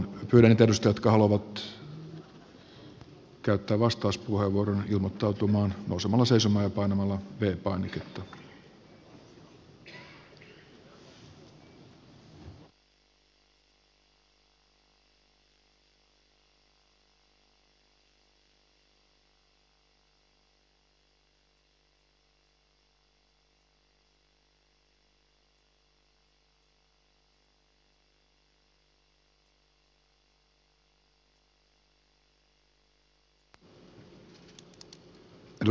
pyydän niitä edustajia jotka haluavat käyttää vastauspuheenvuoron ilmoittautumaan nousemalla seisomaan ja painamalla v painiketta